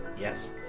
Yes